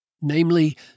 Namely